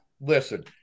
Listen